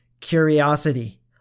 curiosity